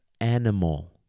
animal